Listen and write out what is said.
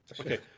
Okay